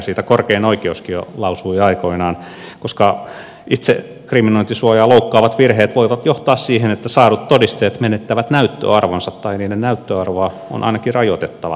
siitä korkein oikeuskin lausui aikoinaan koska itsekriminointisuojaa loukkaavat virheet voivat johtaa siihen että saadut todisteet menettävät näyttöarvonsa tai niiden näyttöarvoa on ainakin rajoitettava